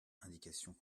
indications